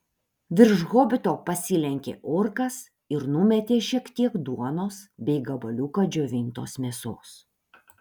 virš hobito pasilenkė orkas ir numetė šiek tiek duonos bei gabaliuką džiovintos mėsos